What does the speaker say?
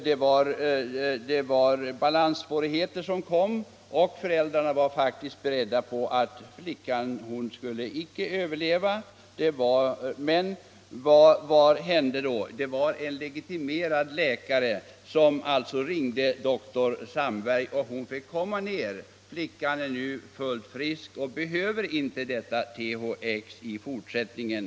Man lyckades inte klara det; balanssvårigheter uppkom, och föräldrarna var faktiskt beredda på att flickan icke skulle överleva. Men vad hände då? Jo en legitimerad läkare ringde till dr Sandberg, och flickan fick komma ner till honom. Flickan är nu fullt frisk och behöver inte THX i fortsättningen.